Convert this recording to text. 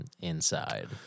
inside